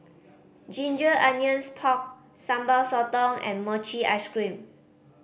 ginger onions pork Sambal Sotong and mochi ice cream